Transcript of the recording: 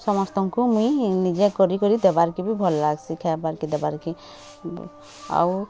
ସମସ୍ତଙ୍କୁ ମୁଇଁ ନିଜେ କରି କରି ଦେବାର୍ କେଁ ବି ଭଲ୍ ଲାଗସି ଆଉ